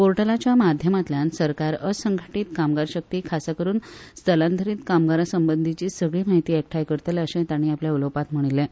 पोर्टलाच्या माध्यमांतल्यान सरकार असंघटीत कामगार शक्ती खासा करून स्थलांतरीत कामगारा संबंदीची सगळी म्हायती एकठांय करतले अशें तांणी आपल्या उलोवपांत म्हणिल्लें